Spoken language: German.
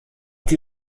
die